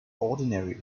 ordinary